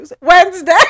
Wednesday